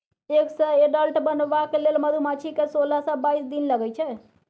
egg सँ adult बनबाक लेल मधुमाछी केँ सोलह सँ बाइस दिन लगै छै